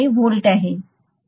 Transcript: हे व्होल्ट असेल